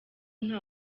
nta